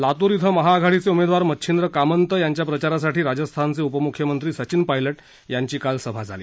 लातूर इथं महाआघाडीचउिमद्वार मच्छिंद्र कामंत यांच्या प्रचारासाठी राजस्थानचउिपमूख्यमंत्री सचिन पायलट यांची काल सभा झाली